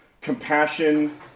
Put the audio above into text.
compassion